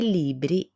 libri